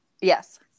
Yes